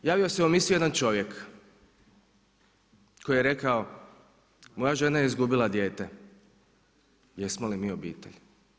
Javio se u emisiju jedan čovjek koji je rekao, moja žena je izgubila dijete, jesmo li mi obitelj?